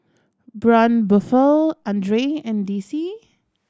Braun Buffel Andre and D C